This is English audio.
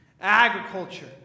agriculture